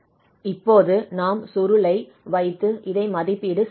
இப்போது நாம் சுருளலை வைத்து இதை மதிப்பீடு செய்யலாம்